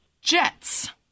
Jets